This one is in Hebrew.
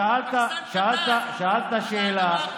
תקשיב, קרעי, שאלת שאלה,